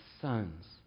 sons